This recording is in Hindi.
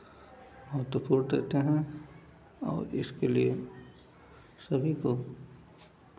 महत्वपूर्ण देते है और इसके लिए सभी को